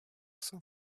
son